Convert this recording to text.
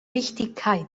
wichtigkeit